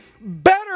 better